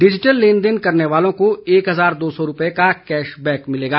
digital लेनदेन करने वालों को एक हजार दो सौ रूपये का कैश बैक मिलेगा